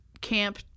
camp